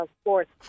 Sports